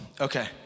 Okay